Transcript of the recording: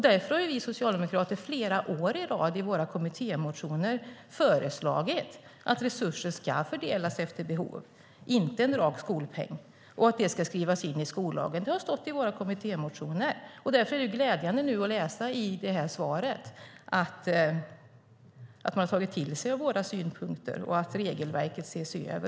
Därför har vi socialdemokrater flera år i rad i våra kommittémotioner föreslagit att resurser ska fördelas efter behov, inte i form av en rak skolpeng, och att det ska skrivas in i skollagen. Det är glädjande att nu läsa i svaret att man har tagit till sig våra synpunkter och att regelverket ses över.